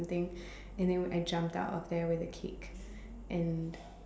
something and then I jumped out of there with a cake and